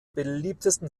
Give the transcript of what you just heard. beliebtesten